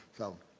so